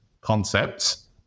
concepts